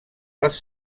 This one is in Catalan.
les